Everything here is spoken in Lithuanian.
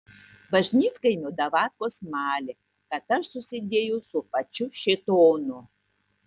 bažnytkaimio davatkos malė kad aš susidėjau su pačiu šėtonu